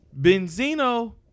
Benzino